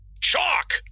Chalk